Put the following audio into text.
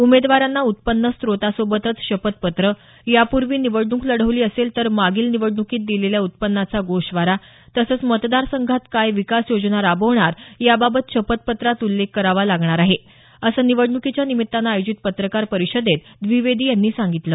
उमेदवारांना उत्पन्न स्रोताबाबत शपथ पत्र यापूर्वी निवडणूक लढवली असेल तर मागील निवडणुकीत दिलेल्या उत्पन्नाचा गोषवारा तसंच मतदार संघात काय विकास योजना राबवणार याबाबत शपथ पत्रात उल्लेख करावा लागणार आहे असं निवडणुकीच्या निमित्तानं आयोजित पत्रकार परिषदेत द्विवेदी यांनी सांगितलं